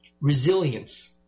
resilience